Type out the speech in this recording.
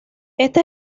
esta